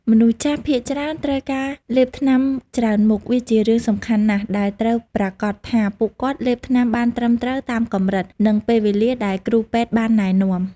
មនុស្សចាស់ភាគច្រើនត្រូវការលេបថ្នាំច្រើនមុខ វាជារឿងសំខាន់ណាស់ដែលត្រូវប្រាកដថាពួកគាត់លេបថ្នាំបានត្រឹមត្រូវតាមកម្រិត និងពេលវេលាដែលគ្រូពេទ្យបានណែនាំ។